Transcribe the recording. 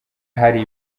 hari